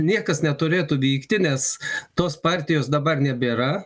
niekas neturėtų vykti nes tos partijos dabar nebėra